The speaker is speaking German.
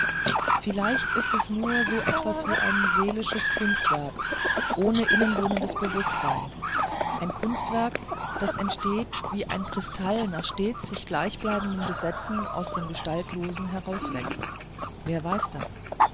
vielleicht ist es nur so etwas wie ein seelisches kunstwerk ohne innewohnendes bewußtsein ein kunstwerk das entsteht wie ein kristall nach stets sich gleichbleibendem gesetz aus dem gestaltlosen herauswächst wer weiß das